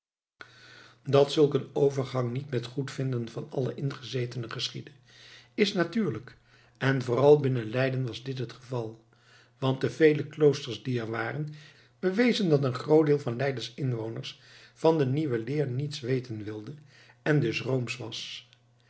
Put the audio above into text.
dat zulk een overgang niet met goedvinden van alle ingezetenen geschiedde is natuurlijk en vooral binnen leiden was dit het geval want de vele kloosters die er waren bewezen dat een groot deel van leidens inwoners van de nieuwe leer niets weten wilde en dus roomsch was